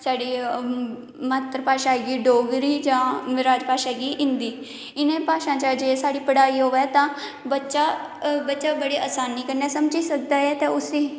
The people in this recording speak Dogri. साढ़ी मात्र भाशा आई गेई डोगरी जां राजभाशा गी हिंदी इ'नें भाशाएं च अगर पढ़ाई होवै ते बच्चा बड़ी आसानी कन्नै समझी सकदा ऐ ते उसी